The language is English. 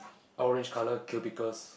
orange colour cubicles